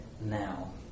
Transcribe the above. now